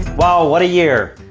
wow! what a year!